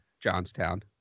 Johnstown